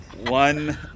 One